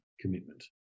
commitment